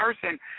person